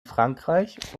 frankreich